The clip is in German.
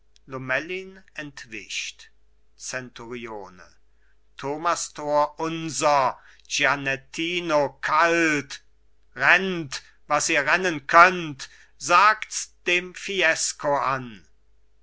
lomellin entwischt zenturione thomastor unser gianettino kalt rennt was ihr rennen könnt sagts dem fiesco an